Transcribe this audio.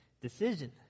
decision